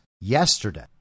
yesterday